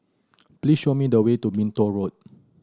please show me the way to Minto Road